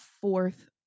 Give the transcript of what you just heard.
fourth